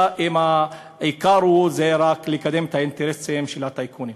העיקר הוא רק לקדם את האינטרסים של הטייקונים.